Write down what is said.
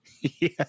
Yes